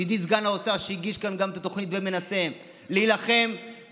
וידידי סגן שר האוצר שהגיש כאן את התוכנית גם מנסה להילחם ולדאוג